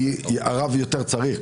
כי הרב יותר צריך.